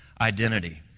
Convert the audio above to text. identity